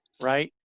right